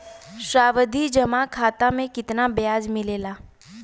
सावधि जमा खाता मे कितना ब्याज मिले ला?